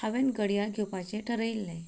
हांवेन घडयाळ घेवपाचे थारायलें